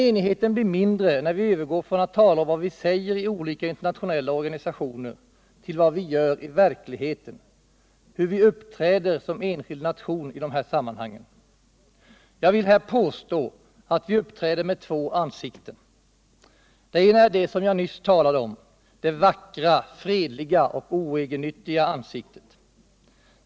Enigheten blir mindre när vi övergår från att tala om vad vi säger i olika internationella organisationer till vad vi gör i verkligheten, hur vi uppträder som enskild nation i de här sammanhangen. Jag vill här påstå att vi uppträder med två ansikten. Det ena är det som jag nyss talade om — det vackra, fredliga och oegennyttiga ansiktet.